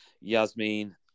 Yasmin